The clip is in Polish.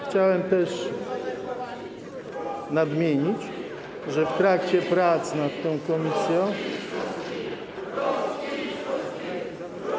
Chciałem też nadmienić, że w trakcie prac nad tą ustawą.